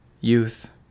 youth